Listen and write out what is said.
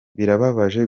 birababaje